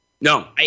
No